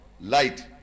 light